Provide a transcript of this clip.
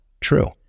true